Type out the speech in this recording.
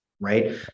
right